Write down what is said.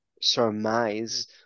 surmise